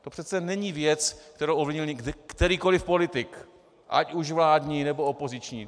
To přece není věc, kterou ovlivnil kterýkoliv politik, ať už vládní, nebo opoziční.